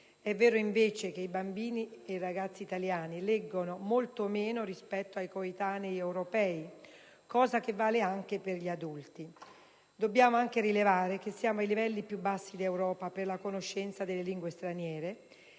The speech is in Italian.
È vero invece che bambini e ragazzi italiani leggono molto meno rispetto ai coetanei europei, cosa che vale anche per gli adulti. Dobbiamo anche rilevare che siamo ai livelli più bassi in Europa per la conoscenza delle lingue straniere;